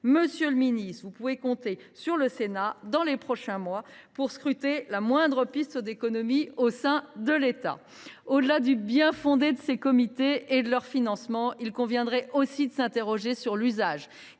Monsieur le ministre, vous pourrez compter sur le Sénat dans les prochains mois pour scruter la moindre piste d’économies au sein de l’État ! Au delà du bien fondé de ces comités et de leur financement, il conviendrait aussi de s’interroger sur l’usage